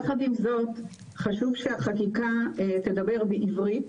יחד עם זאת, חשוב שהחקיקה תדבר בעברית